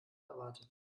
erwartet